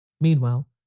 Meanwhile